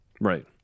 Right